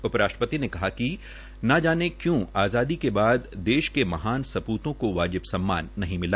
उप राष्ट्रपति ने कहा कि ना जाने क्यू आजादी के बाद देश के महान् सपूतों को वाजिब सम्मान नहीं मिला